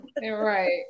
Right